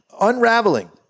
Unraveling